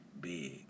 big